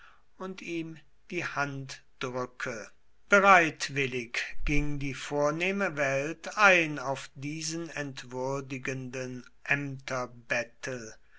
und ihm die hand drücke bereitwillig ging die vornehme welt ein auf diesen